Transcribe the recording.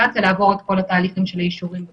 העיתונאים כשאין מחלוקת כשזה קורה בפועל,